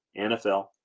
NFL